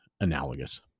analogous